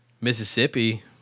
Mississippi